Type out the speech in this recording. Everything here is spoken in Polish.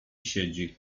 siedzi